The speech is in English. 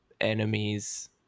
enemies